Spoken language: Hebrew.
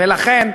ולכן,